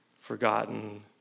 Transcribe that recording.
forgotten